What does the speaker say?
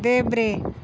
देब्रे